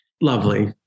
Lovely